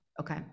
Okay